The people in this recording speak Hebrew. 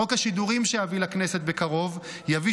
חוק השידורים שאביא לכנסת בקרוב יביא